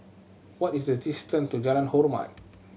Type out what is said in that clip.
what is the distance to Jalan Hormat